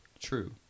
True